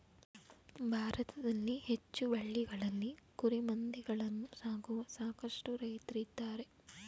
ಭಾರತದಲ್ಲಿ ಹೆಚ್ಚು ಹಳ್ಳಿಗಳಲ್ಲಿ ಕುರಿಮಂದೆಗಳನ್ನು ಸಾಕುವ ಸಾಕಷ್ಟು ರೈತ್ರಿದ್ದಾರೆ